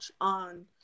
on